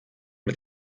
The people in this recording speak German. mit